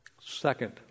Second